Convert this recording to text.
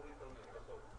מול דבי ויפה.